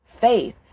faith